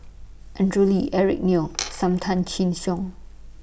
Andrew Lee Eric Neo SAM Tan Chin Siong